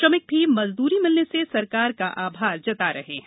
श्रमिक भी मजद्री मिलने से सरकार का आभार जता रहे हैं